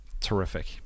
Terrific